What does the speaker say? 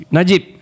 Najib